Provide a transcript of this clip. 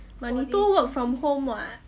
but 你都 work from home [what]